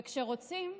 וכשרוצים,